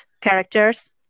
characters